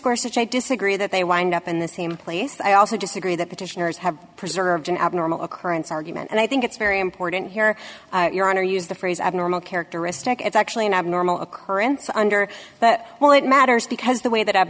which i disagree that they wind up in the same place i also disagree that petitioners have preserved an abnormal occurrence argument and i think it's very important here your honor use the phrase abnormal characteristic it's actually an abnormal occurrence under that why it matters because the way that